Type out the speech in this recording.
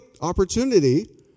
opportunity